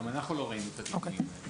גם אנחנו לא ראינו את התיקונים.